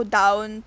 down